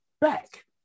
back